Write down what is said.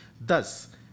Thus